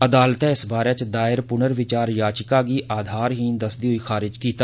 अदालतै इस बारे च दायर पुनर्विचार याचिका गी आधारहीन दस्सदे होई खारिज कीता